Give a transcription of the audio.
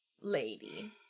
lady